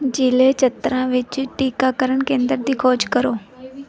ਜਿਲ੍ਹੇ ਚਤਰਾ ਵਿੱਚ ਟੀਕਾਕਰਨ ਕੇਂਦਰ ਦੀ ਖੋਜ ਕਰੋ